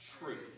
truth